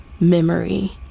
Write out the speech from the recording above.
memory